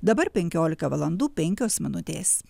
dabar penkiolika valandų penkios minutės